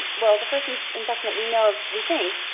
well, the first and infection that we know of, we think,